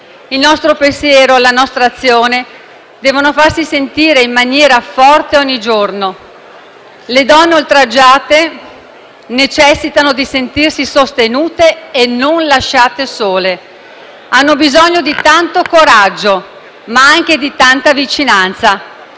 Il nostro pensiero e la nostra azione devono farsi sentire in maniera forte ogni giorno. Le donne oltraggiate necessitano di sentirsi sostenute e non lasciate sole; hanno bisogno di tanto coraggio, ma anche di tanta vicinanza.